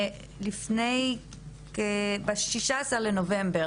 ב-16 לנובמבר